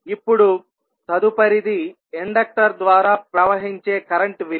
ఇప్పుడుతదుపరిది inductor ద్వారా ప్రవహించే current విలువ